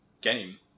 game